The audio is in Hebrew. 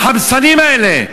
החמסנים האלה?